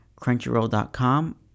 crunchyroll.com